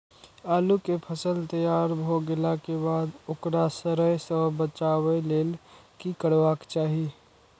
आलू केय फसल तैयार भ गेला के बाद ओकरा सड़य सं बचावय लेल की करबाक चाहि?